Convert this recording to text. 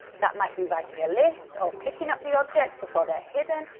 that might be writing a list, or picking up the objects before theyre hidden,